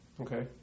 Okay